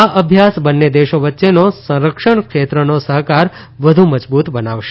આ અભ્યાસ બંને દેશો વચ્ચેનો સંરક્ષણ ક્ષેત્રનો સહકાર વધુ મજબુત બનાવશે